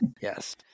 Yes